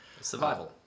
Survival